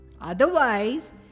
Otherwise